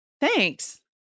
thanks